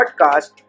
podcast